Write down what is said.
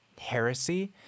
Heresy